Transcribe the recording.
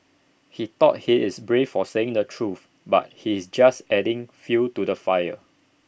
he thought he is brave for saying the truth but he's actually just adding fuel to the fire